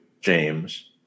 James